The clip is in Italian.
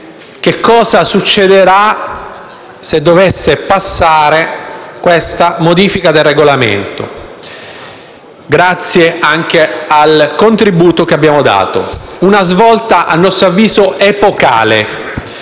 che cosa succederà se dovesse passare questa modifica del Regolamento, grazie anche al contributo che abbiamo dato: una svolta a nostro avviso epocale,